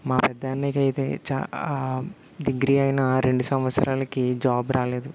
మా పెద్ద అన్నయ్యకైతే చా డిగ్రీ అయినా రెండు సంవత్సరాలకి జాబ్ రాలేదు